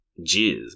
jizz